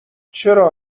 چرا